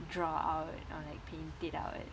draw out or like paint it out